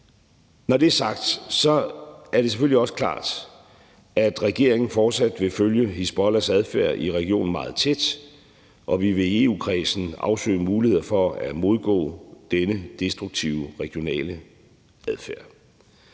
Når det er sagt, er det selvfølgelig også klart, at regeringen fortsat vil følge Hizbollahs adfærd i regionen meget tæt, og vi vil i EU-kredsen afsøge mulighederne for at modgå denne destruktive regionale adfærd.